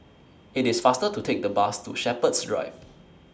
IT IS faster to Take The Bus to Shepherds Drive